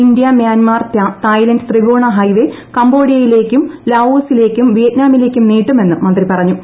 India Myanmar Thailand ത്രി കോണ highway കംബോഡിയായിലേക്കും ലാവോസിലേക്കും വിയറ്റ്നാ മിലേക്കും നീട്ടുമെന്നും മന്ത്രി പറഞ്ഞു